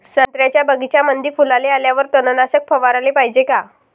संत्र्याच्या बगीच्यामंदी फुलाले आल्यावर तननाशक फवाराले पायजे का?